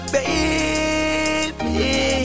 Baby